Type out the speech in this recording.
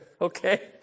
Okay